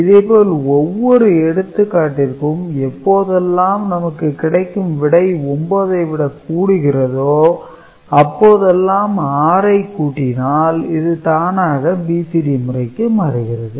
இதே போல் ஒவ்வொரு எடுத்துக்காட்டிற்கும் எப்போதெல்லாம் நமக்கு கிடைக்கும் விடை 9 ஐ விட கூடுகிறதோ அப்போதெல்லாம் 6 ஐ கூட்டினால் இது தானாக BCD முறைக்கு மாறுகிறது